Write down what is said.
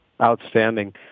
Outstanding